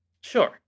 Sure